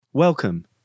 Welcome